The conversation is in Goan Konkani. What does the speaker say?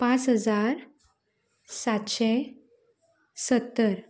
पांच हजार सातशे सत्तर